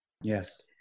Yes